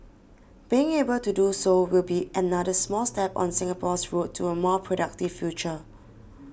being able to do so will be another small step on Singapore's road to a more productive future